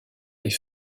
des